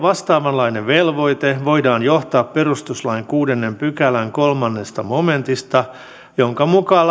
vastaavanlainen velvoite voidaan johtaa perustuslain kuudennen pykälän kolmannesta momentista jonka mukaan